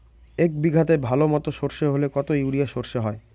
এক বিঘাতে ভালো মতো সর্ষে হলে কত ইউরিয়া সর্ষে হয়?